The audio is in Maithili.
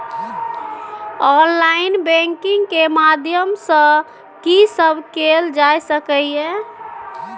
ऑनलाइन बैंकिंग के माध्यम सं की सब कैल जा सके ये?